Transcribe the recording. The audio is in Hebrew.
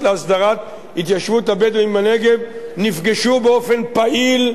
הבדואים בנגב נפגשו באופן פעיל במקומות,